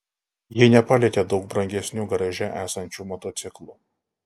jie nepalietė daug brangesnių garaže esančių motociklų